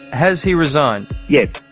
has he resigned? yes.